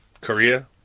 Korea